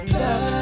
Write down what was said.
love